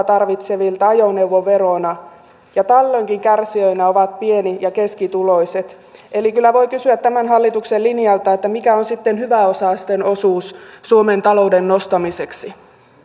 tarvitsevilta ajoneuvoverona ja tällöinkin kärsijöinä ovat pieni ja keskituloiset eli kyllä voi kysyä tämän hallituksen linjalta että mikä on sitten hyväosaisten osuus suomen talouden nostamiseksi